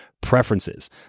preferences